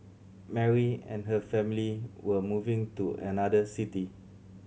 Mary and her family were moving to another city